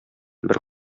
бер